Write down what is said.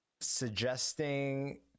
suggesting